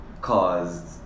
caused